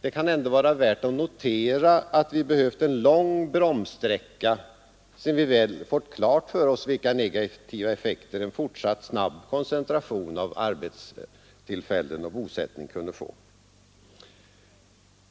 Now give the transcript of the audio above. Det kan ändå vara värt att notera att vi behövt en lång bromssträcka sedan vi väl fått klart för oss vilka negativa effekter en fortsatt snabb koncentration av arbetstillfällen och bosättning kunde få.